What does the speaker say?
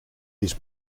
his